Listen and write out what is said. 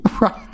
Right